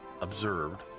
observed